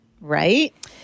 Right